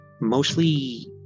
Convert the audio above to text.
mostly